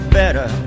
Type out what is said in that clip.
better